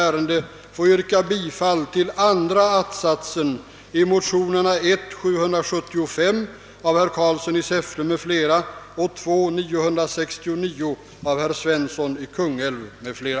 Jag ber alltså, herr talman, att under